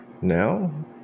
Now